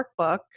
workbook